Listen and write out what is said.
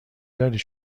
دارید